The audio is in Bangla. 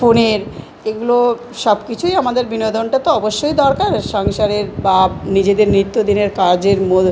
ফোনের এগুলো সবকিছুই আমাদের বিনোদনটা তো অবশ্যই দরকার সংসারের বা নিজেদের নিত্য দিনের কাজের মো